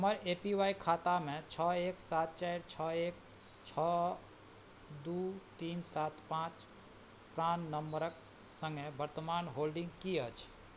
हमर A P Y खातामे छओ एक सात चारि छओ एक छओ दुइ तीन सात पाँच प्राण नम्बरके सङ्गे वर्तमान होल्डिन्ग कि अछि